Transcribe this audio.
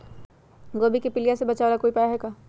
गोभी के पीलिया से बचाव ला कोई उपाय है का?